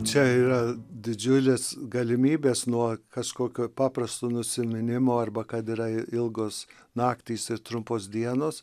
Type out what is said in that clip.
čia yra didžiulės galimybės nuo kažkokio paprasto nusiminimo arba kad yra ilgos naktys ir trumpos dienos